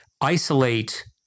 isolate